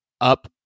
up